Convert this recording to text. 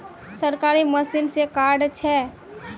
सरकारी मशीन से कार्ड छै?